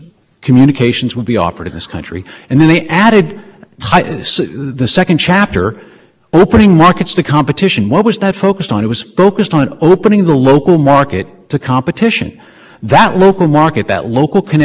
definition of a service that included both information processing and transmission the f c c has gone back and they get confused about this in their own brief because they refer to the transmission component of broadband internet access the definition of broadband internet access service is